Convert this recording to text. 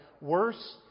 worse